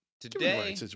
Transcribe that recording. Today